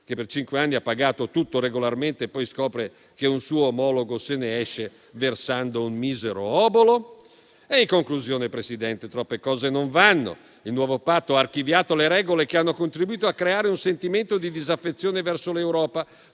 che per cinque anni ha pagato tutto regolarmente e poi scopre che un suo omologo se ne esce versando un misero obolo? In conclusione, signor Presidente, troppe cose non vanno. Il nuovo patto ha archiviato le regole che hanno contribuito a creare un sentimento di disaffezione verso l'Europa.